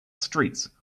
streets